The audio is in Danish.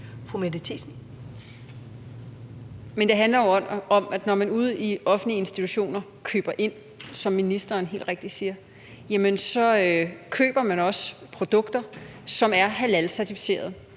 Mette Thiesen (NB): Men det handler jo om, at når man ude i offentlige institutioner køber ind, som ministeren helt rigtigt siger, så køber man også produkter, som er halalcertificeret,